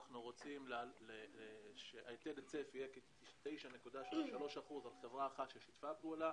אנחנו רוצים שהיטל ההיצף יהיה 9.3% על חברה אחת ששיתפה פעולה.